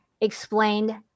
explained